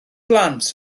blant